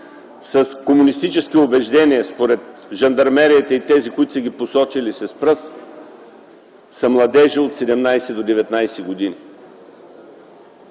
с комунистически убеждения според жандармерията и тези, които са ги посочили с пръст, са младежи от 17 до 19 години.